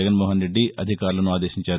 జగన్మోహన్రెడ్డి అధికారులను ఆదేశించారు